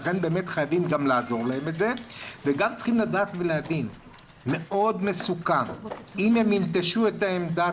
לכן באמת חייבים לעזור להם וגם צריך להבין שאם הם יינטשו את העמדה,